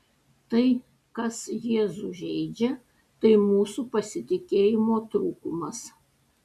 tai kas jėzų žeidžia tai mūsų pasitikėjimo trūkumas